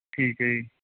ਠੀਕ ਹੈ ਜੀ